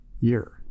year